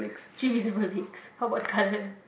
how about the color